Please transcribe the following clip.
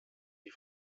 die